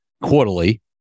quarterly